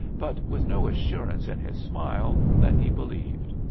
but with no assurance in his smile that he believed.